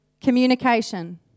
Communication